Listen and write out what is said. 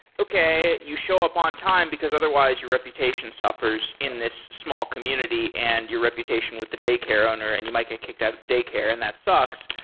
okay, you show up on time, because otherwise your reputation suffers in this small community and your reputation with the daycare owner, and you might get kicked out of the daycare, and that sucks.